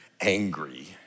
angry